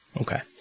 Okay